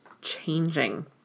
changing